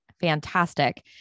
fantastic